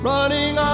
Running